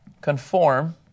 conform